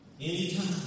anytime